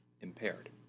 impaired